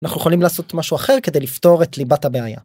אנחנו יכולים לעשות משהו אחר כדי לפתור את ליבת הבעיה.